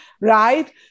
Right